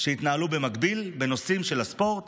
שהתנהלו במקביל בנושאים של הספורט,